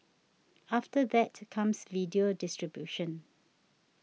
after that comes video distribution